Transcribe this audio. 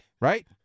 right